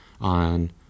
on